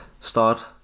start